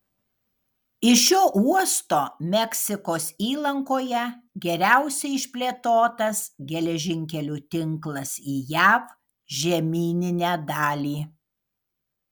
iš šio uosto meksikos įlankoje geriausiai išplėtotas geležinkelių tinklas į jav žemyninę dalį